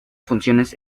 funciones